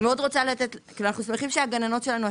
אנחנו שמחים שהגננות שלנו,